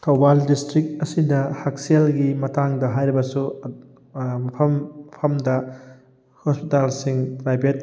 Thoubal district ꯑꯁꯤꯗ ꯍꯛꯁꯦꯜꯒꯤ ꯃꯇꯥꯡꯗ ꯍꯥꯏꯔꯕꯁꯨ ꯃꯐꯝ ꯃꯐꯝꯗ ꯍꯣꯁꯄꯤꯇꯥꯜꯁꯤꯡ ꯄ꯭ꯔꯥꯏꯕꯦꯠ